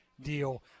deal